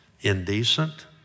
indecent